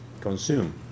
consume